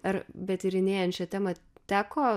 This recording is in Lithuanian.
ar betyrinėjant šią temą teko